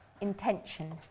intention